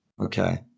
Okay